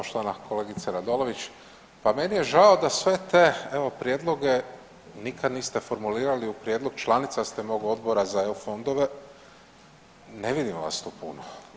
Poštovana kolegice Radolović, pa meni je žao da sve te evo prijedloge nikad niste formulirali u prijedlog, članica ste mog Odbora za EU fondove, ne vidimo vas tu puno.